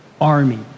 army